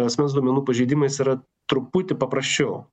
asmens duomenų pažeidimais yra truputį paprasčiau